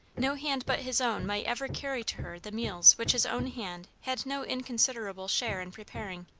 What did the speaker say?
no hand but his own might ever carry to her the meals which his own hand had no inconsiderable share in preparing.